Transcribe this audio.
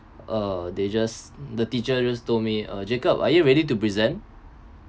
uh they just the teacher just told me uh jacob are you ready to present